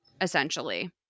essentially